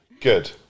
good